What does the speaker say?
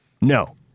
No